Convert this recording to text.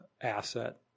asset